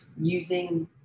using